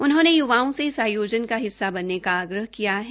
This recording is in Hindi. उन्होंने य्वाओं से इस आयोजन का हिस्सा बनने का आग्रह किया है